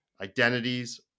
identities